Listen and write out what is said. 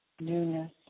newness